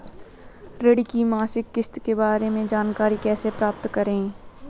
ऋण की मासिक किस्त के बारे में जानकारी कैसे प्राप्त करें?